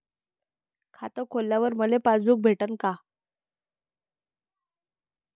खातं खोलल्यावर मले पासबुक भेटन का?